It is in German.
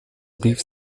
rief